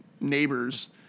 neighbors